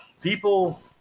People